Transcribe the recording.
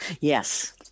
Yes